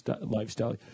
lifestyle